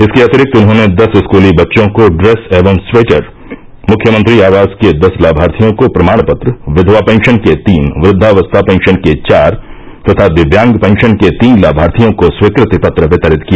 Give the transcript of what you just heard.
इसके अतिरिक्त उन्होंने दस स्कूली बच्चों को ड्रेस एव स्वेटर मुख्यमंत्री आवास के दस लामार्थियों को प्रमाण पत्र विधवा पेंशन के तीन वृद्वावस्था पेंशन के चार तथा दिव्यांग पेंशन के तीन लाभार्थियों को स्वीकृति पत्र वितरित किया